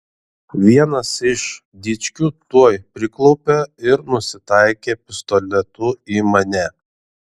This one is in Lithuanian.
vienas iš dičkių tuoj priklaupė ir nusitaikė pistoletu į mane